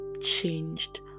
changed